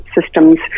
systems